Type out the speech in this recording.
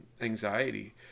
anxiety